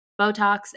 botox